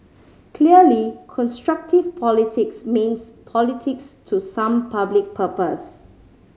clearly constructive politics means politics to some public purpose